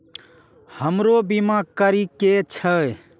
हमरो बीमा करीके छः?